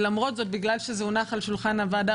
בגלל שזה הונח על שולחן הוועדה,